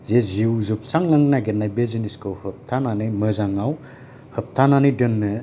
जे जिउ जोबस्रां लांनो नागेरनाय बे जिनिसखौ होबथानानै मोजाङाव होबथानानै दोननो